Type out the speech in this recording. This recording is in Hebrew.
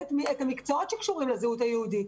את המקצועות שקשורים לזהות היהודית.